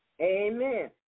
Amen